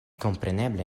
kompreneble